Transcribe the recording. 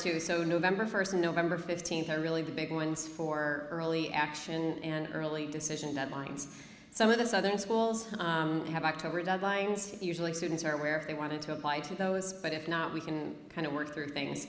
to so november first november fifteenth are really the big ones for early action and early decision that lines some of this other schools have october deadlines usually students are where they wanted to apply to those but if not we can kind of work through